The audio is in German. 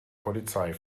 polizei